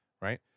right